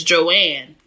Joanne